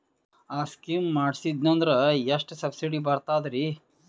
ಆ ಸ್ಕೀಮ ಮಾಡ್ಸೀದ್ನಂದರ ಎಷ್ಟ ಸಬ್ಸಿಡಿ ಬರ್ತಾದ್ರೀ?